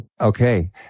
Okay